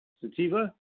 Sativa